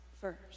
first